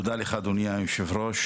תודה לך אדוני היו"ר,